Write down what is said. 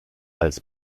als